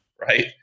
right